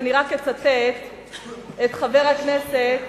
ואני רק אצטט את חבר הכנסת